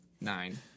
Nine